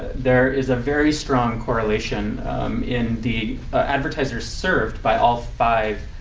there is a very strong correlation in the advertisers served by all five